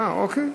אוקיי.